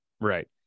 Right